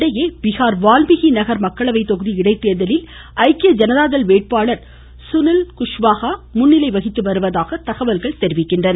இதனிடையே பீகார் வால்மீகி நகர் மக்களவை தொகுதி இடைத்தேர்தலில் ஐக்கிய ஜனதாதள் வேட்பாளர் சுனில் குஷ்வாஹா முன்னிலை வகித்து வருவதாக தகவல்கள் தெரிவிக்கின்றன